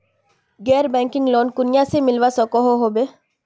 गैर banking loan कुनियाँ से मिलवा सकोहो होबे?